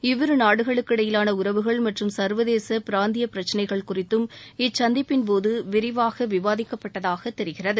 இவ்விரு நாடுகளுக்கு இடையிலான உறவுகள் மற்றும் சுர்வதேச பிராந்திய பிரச்சினைகள் குறித்தும் இச்சந்திப்பின் போது விரிவாக விவாதிக்கப்பட்டதாக தெரிகிறது